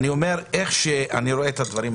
כפי שאני רואה את הדברים,